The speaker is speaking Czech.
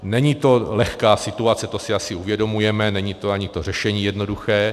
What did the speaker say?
Není to lehká situace, to si asi uvědomujeme, není to ani to řešení jednoduché.